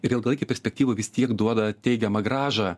ir ilgalaikėj perspektyvoj vis tiek duoda teigiamą grąžą